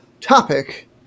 topic